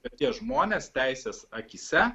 kad tie žmonės teisės akyse